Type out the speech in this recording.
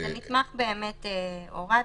את הנתמך באמת הורדנו.